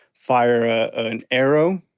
fire an arrow,